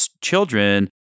children